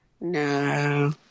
no